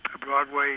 Broadway